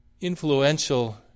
Influential